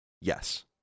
yes